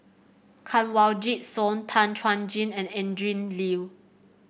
Kanwaljit Soin Tan Chuan Jin and Adrin Loi